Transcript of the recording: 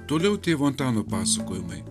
toliau tėvo antano pasakojimai